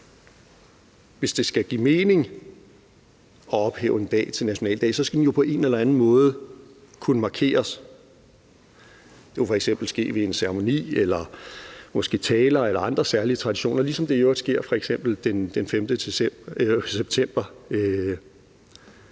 Hvis det skal give mening at ophøje en dag til nationaldag, så skal den jo på en eller anden måde kunne markeres. Det kunne f.eks. ske ved en ceremoni eller måske med taler eller andre særlige traditioner, ligesom det i øvrigt sker f.eks. den 5. september.